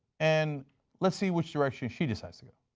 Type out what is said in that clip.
and let's see which direction she decides to go.